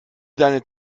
deine